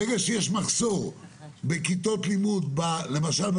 ברגע שיש מחסור בכיתות לימוד למשל,